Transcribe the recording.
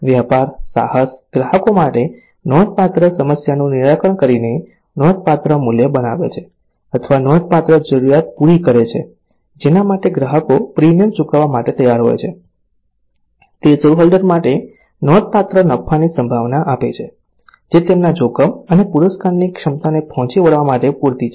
વ્યાપાર સાહસ ગ્રાહકો માટે નોંધપાત્ર સમસ્યાનું નિરાકરણ કરીને નોંધપાત્ર મૂલ્ય બનાવે છે અથવા નોંધપાત્ર જરૂરિયાત પૂરી કરે છે જેના માટે ગ્રાહકો પ્રીમિયમ ચૂકવવા તૈયાર હોય છે તે શેરહોલ્ડર માટે નોંધપાત્ર નફાની સંભાવના આપે છે જે તેમના જોખમ અને પુરસ્કારની ક્ષમતાને પહોંચી વળવા માટે પૂરતી છે